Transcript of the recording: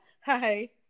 Hi